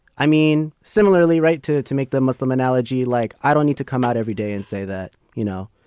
i mean, similarly, right to to make the muslim analogy, like, i don't need to come out every day and say that, you know,